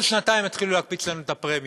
כל שנתיים יתחילו להקפיץ לנו את הפרמיות?